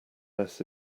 less